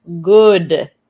good